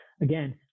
again